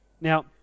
Now